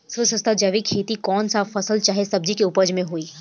सबसे सस्ता जैविक खेती कौन सा फसल चाहे सब्जी के उपज मे होई?